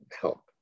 help